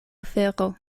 ofero